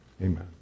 amen